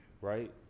Right